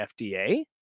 FDA